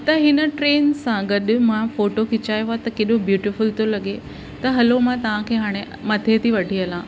त हिन ट्रेन सां गॾु मां फ़ोटो खिचायो आहे त कहिड़ो ब्यूटीफुल थो लॻे त हलो मां तव्हांखे हाणे मथे थी वठी हलां